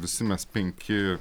visi mes penki